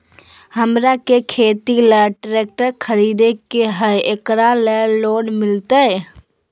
हमरा के खेती ला ट्रैक्टर खरीदे के हई, एकरा ला ऋण मिलतई?